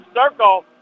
circle